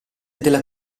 della